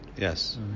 yes